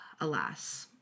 Alas